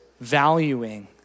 valuing